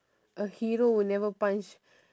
a hero would never punch